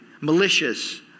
malicious